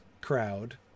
crowd